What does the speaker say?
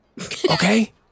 okay